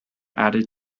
added